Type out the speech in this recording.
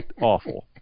awful